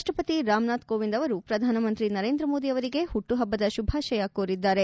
ರಾಪ್ಟಸತಿ ರಾಮನಾಥ್ ಕೋವಿಂದ್ ಅವರು ಪ್ರಧಾನಮಂತ್ರಿ ನರೇಂದ್ರ ಮೋದಿ ಅವರಿಗೆ ಹುಟ್ಟುಹಬ್ಬದ ಶುಭಾತಯ ಕೋರಿದ್ದಾರೆ